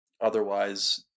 otherwise